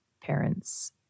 parents